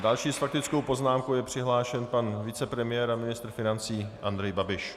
Další s faktickou poznámkou je přihlášen pan vicepremiér a ministr financí Andrej Babiš.